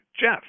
Jeff